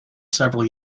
several